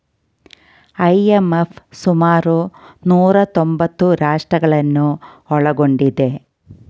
IMF ಸುಮಾರು ನೂರಾ ತೊಂಬತ್ತು ರಾಷ್ಟ್ರಗಳನ್ನು ಒಳಗೊಂಡಿದೆ